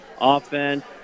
offense